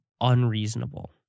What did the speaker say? unreasonable